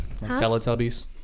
Teletubbies